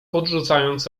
podrzucając